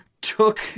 took